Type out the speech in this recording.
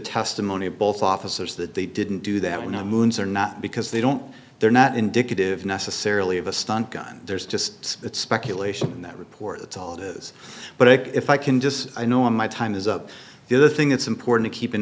testimony of both officers that they didn't do that we know moons are not because they don't they're not indicative necessarily of a stun gun there's just speculation in that report that's all it is but i think if i can just i know in my time is up the other thing that's important to keep in